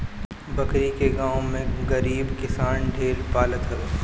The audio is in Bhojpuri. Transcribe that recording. बकरी के गांव में गरीब किसान ढेर पालत हवे